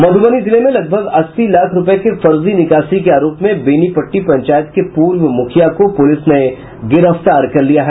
मधुबनी जिले में लगभग अस्सी लाख रूपये के फर्जी निकासी के आरोप में बेनीपट्टी पंचायत के पूर्व मुखिया को पुलिस ने गिरफ्तार कर लिया है